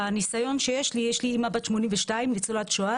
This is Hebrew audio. יש לי אמא בת 82 ניצולת שואה,